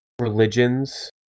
religions